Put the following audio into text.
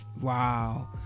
Wow